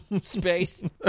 space